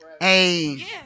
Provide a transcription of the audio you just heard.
hey